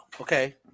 okay